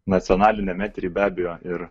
nacionaliniam etery be abejo ir